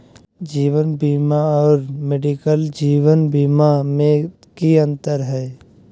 जीवन बीमा और मेडिकल जीवन बीमा में की अंतर है?